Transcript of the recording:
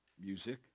music